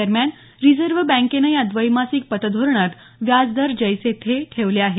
दरम्यान रिजव्ह बँकेनं या द्वैमासिक पतधोरणात व्याजदर जैसे थे ठेवले आहेत